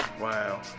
Wow